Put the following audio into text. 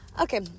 Okay